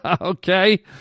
Okay